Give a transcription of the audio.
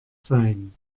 sein